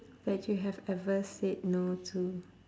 that you have ever said no to